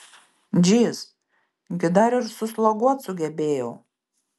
džyz gi dar ir susloguot sugebėjau